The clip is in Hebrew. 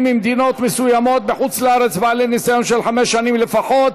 במדינות מסוימות בחוץ-לארץ בעלי ניסיון של חמש שנים לפחות),